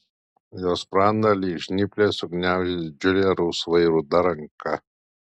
jo sprandą lyg žnyplės sugniaužė didžiulė rausvai ruda ranka